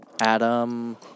Adam